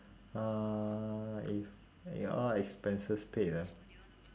uh if your all expenses paid ah